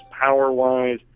power-wise